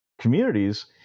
communities